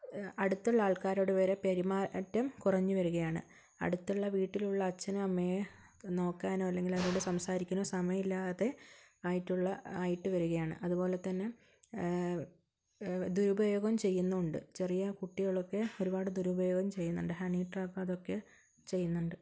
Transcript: അടുത്തുള്ള ആൾക്കാരോടുവരെ പെരുമാറ്റം കുറഞ്ഞു വരുകയാണ് അടുത്തുള്ള വീട്ടിലുള്ള അച്ഛനും അമ്മയും നോക്കാനോ അല്ലെങ്കിൽ അവരോട് സംസാരിക്കാനോ സമയമില്ലാതെ ആയിട്ടുള്ള ആയിട്ട് വരികയാണ് അതുപോലെത്തന്നെ ദുരുപയോഗം ചെയ്യുന്നുമുണ്ട് ചെറിയ കുട്ടികളൊക്കെ ഒരുപാട് ദുരുപയോഗം ചെയ്യുന്നുണ്ട് ഹണി ട്രാപ്പ് അതൊക്കെ ചെയ്യുന്നുണ്ട്